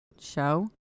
show